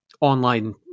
online